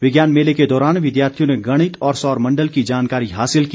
विज्ञान मेले के दौरान विद्यार्थियों ने गणित और सौर मण्डल की जानकारी हासिल की